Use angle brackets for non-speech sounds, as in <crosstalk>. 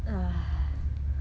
<breath>